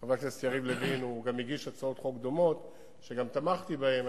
חבר הכנסת יריב לוין הגיש הצעות דומות ותמכתי בהן.